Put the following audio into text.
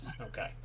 Okay